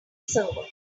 server